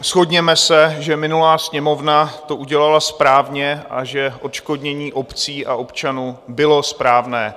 Shodněme se, že minulá Sněmovna to udělala správně a že odškodnění obcí a občanů bylo správné.